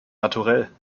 naturell